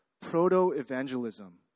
Proto-evangelism